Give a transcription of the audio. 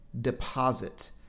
deposit